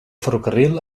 ferrocarril